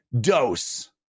dose